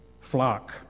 flock